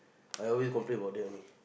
I always complain about that only